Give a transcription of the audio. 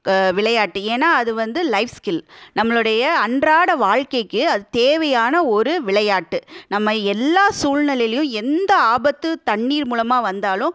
விளையாட்டு ஏன்னா அது வந்து லைஃப் ஸ்கில் நம்மளுடைய அன்றாட வாழ்க்கைக்கு அது தேவையான ஒரு விளையாட்டு நம்ம எல்லா சூழ்நெலையிலையும் எந்த ஆபத்து தண்ணீர் மூலமாக வந்தாலும்